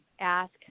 Ask